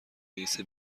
رئیس